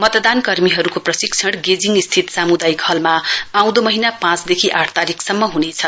मतदान कर्मीहरुको प्रशिक्षण गेजिङ स्थित सामुदायिक हलमा आउँदो महीना पाँचदेखि आठ तारीकसम्म हुनेछ